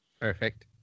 Perfect